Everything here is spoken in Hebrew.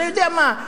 אתה יודע מה,